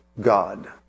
God